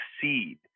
succeed